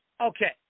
okay